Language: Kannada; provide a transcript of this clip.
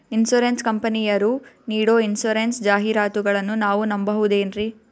ಇನ್ಸೂರೆನ್ಸ್ ಕಂಪನಿಯರು ನೀಡೋ ಇನ್ಸೂರೆನ್ಸ್ ಜಾಹಿರಾತುಗಳನ್ನು ನಾವು ನಂಬಹುದೇನ್ರಿ?